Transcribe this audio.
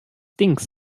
dings